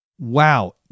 Wow